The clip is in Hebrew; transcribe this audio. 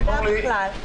--- אורלי,